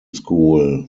school